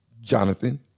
Jonathan